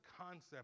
concept